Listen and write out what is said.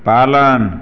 पालन